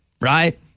right